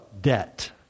debt